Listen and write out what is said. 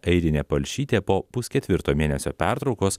airinė palšytė po pusketvirto mėnesio pertraukos